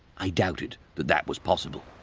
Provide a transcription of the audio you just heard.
i doubted that that was possible,